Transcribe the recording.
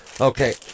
Okay